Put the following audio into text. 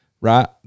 Right